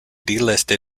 delisted